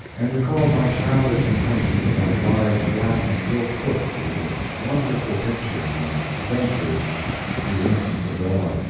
and recalled my childish impressions of that large black-and-gilt book with its wonderful pictures and adventures the innocents abroad.